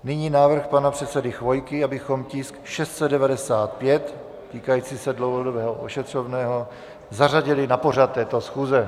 Nyní návrh pana předsedy Chvojky, abychom tisk 695, týkající se dlouhodobého ošetřovného, zařadili na pořad této schůze.